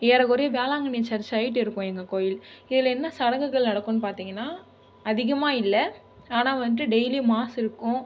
ஏறக்குறைய Velankanni church height இருக்குது எங்கள் கோவில் இதில் என்ன சடங்குகள் நடக்குது பார்த்தீங்கன்னா அதிகமாக இல்லை ஆனால் வந்து டெய்லி வந்து மாஸ் இருக்கும்